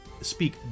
speak